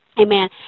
amen